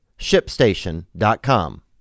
ShipStation.com